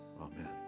Amen